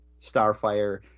Starfire